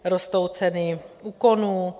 Rostou ceny úkonů.